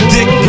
Dick